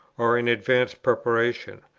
or in advanced preparation.